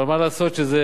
אבל מה לעשות שזה